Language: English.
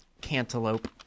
cantaloupe